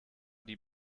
die